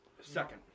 Second